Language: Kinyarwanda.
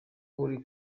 buri